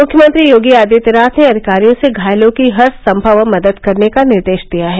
मुख्यमंत्री योगी आदित्यनाथ ने अधिकारियों से घायलों की हरसंभव मदद करने का निर्देश दिया है